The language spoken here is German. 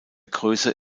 größe